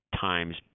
times